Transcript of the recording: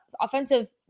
offensive